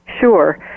Sure